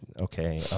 Okay